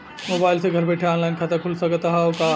Mobile से घर बैठे ऑनलाइन खाता खुल सकत हव का?